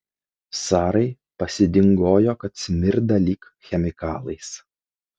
sarai pasidingojo kad smirda lyg chemikalais